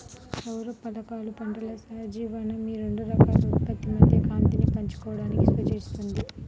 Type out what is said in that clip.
సౌర ఫలకాలు పంటల సహజీవనం ఈ రెండు రకాల ఉత్పత్తి మధ్య కాంతిని పంచుకోవడాన్ని సూచిస్తుంది